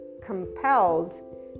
compelled